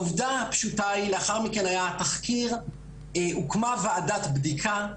לאחר מכן היה התחקיר, הוקמה ועדת בדיקה.